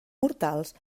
mortals